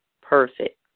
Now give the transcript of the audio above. perfect